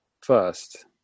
first